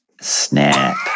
Snap